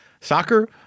soccer